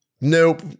Nope